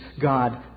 God